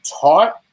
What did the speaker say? taught